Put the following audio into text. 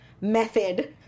method